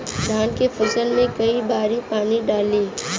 धान के फसल मे कई बारी पानी डाली?